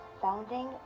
Founding